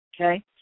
okay